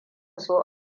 so